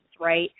right